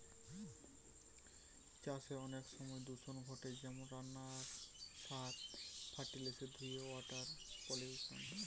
চাষে অনেক সময় দূষণ ঘটে যেমন নানান সার, ফার্টিলিসের ধুয়ে ওয়াটার পলিউশন